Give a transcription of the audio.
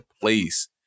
place